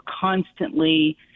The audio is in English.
constantly